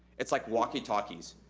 it's like walkie-talkies,